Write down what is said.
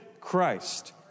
Christ